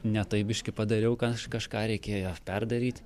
ne taip biškį padariau ką kažką reikėjo perdaryt